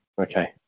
Okay